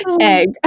egg